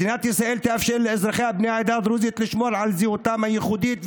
מדינת ישראל תאפשר לאזרחיה בני העדה הדרוזית לשמור על זהותם הייחודית,